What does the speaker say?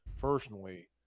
personally